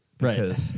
Right